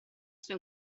suo